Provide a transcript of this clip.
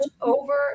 over